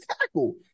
tackle